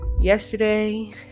Yesterday